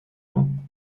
him